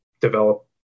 develop